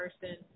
person